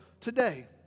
today